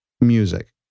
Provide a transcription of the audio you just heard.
music